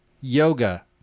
yoga